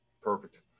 Perfect